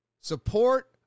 support